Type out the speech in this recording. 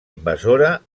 invasora